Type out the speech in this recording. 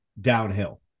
downhill